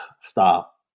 stop